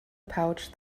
pouch